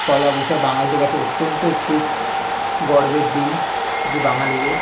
পয়লা বৈশাখ বাঙালিদের কাছে অত্যন্ত একটি গর্বের দিন যে বাঙালিদের